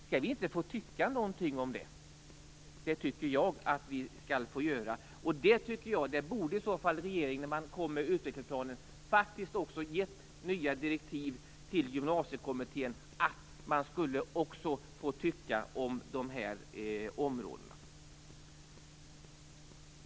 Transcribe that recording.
Skall vi inte få tycka någonting om detta? Det tycker jag att vi skall få göra. Regeringen borde, när man kom med utvecklingsplanen, faktiskt också ha givit nya direktiv till Gymnasiekommittén om att man också skulle få tycka om dessa områden.